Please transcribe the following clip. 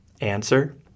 Answer